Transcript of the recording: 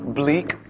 bleak